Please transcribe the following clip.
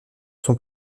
sont